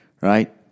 right